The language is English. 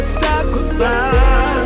sacrifice